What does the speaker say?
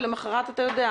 ולמחרת אתה יודע,